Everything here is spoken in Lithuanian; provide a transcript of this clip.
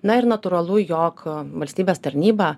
na ir natūralu jog valstybės tarnyba